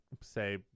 say